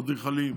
אדריכלים,